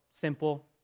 simple